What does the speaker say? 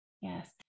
Yes